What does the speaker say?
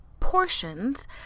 portions